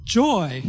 joy